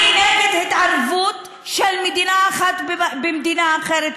אני נגד התערבות של מדינה אחת במדינה אחרת,